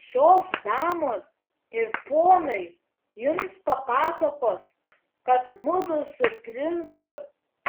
šios damos ir ponai jums papasakos kad mudu su princu